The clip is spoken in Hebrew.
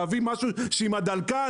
להביא משהו עם הדלקן,